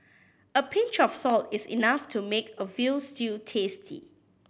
a pinch of salt is enough to make a veal stew tasty